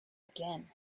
again